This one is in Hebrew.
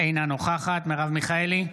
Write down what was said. אינה נוכחת מרב מיכאלי,